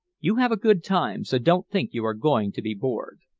you have a good time, so don't think you are going to be bored.